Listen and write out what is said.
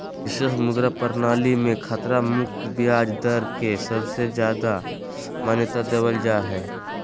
विशेष मुद्रा प्रणाली मे खतरा मुक्त ब्याज दर के सबसे ज्यादा मान्यता देवल जा हय